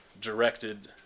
directed